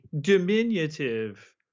diminutive